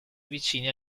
vicini